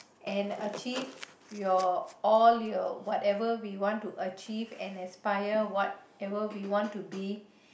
and achieve your all your whatever we want to achieve and aspire whatever we want to be